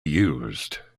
used